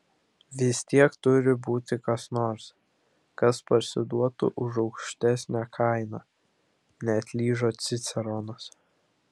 vis tiek turi būti kas nors kas parsiduotų už aukštesnę kainą neatlyžo ciceronas